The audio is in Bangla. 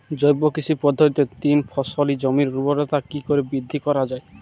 জৈব কৃষি পদ্ধতিতে তিন ফসলী জমির ঊর্বরতা কি করে বৃদ্ধি করা য়ায়?